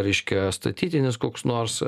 reiškia statytinis koks nors